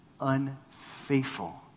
unfaithful